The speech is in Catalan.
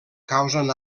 causen